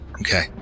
Okay